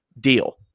Deal